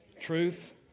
truth